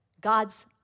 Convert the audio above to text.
God's